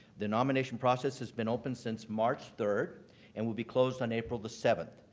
the nomination process has been open since march third and will be closed on april the seventh.